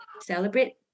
celebrate